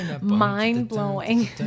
mind-blowing